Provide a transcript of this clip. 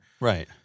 Right